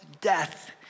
death